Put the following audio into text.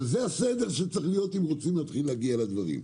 אבל זה הסדר שצריך להיות אם רוצים להתחיל להגיע לדברים.